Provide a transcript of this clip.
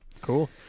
Cool